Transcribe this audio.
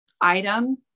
item